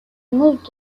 removed